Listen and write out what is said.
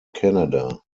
canada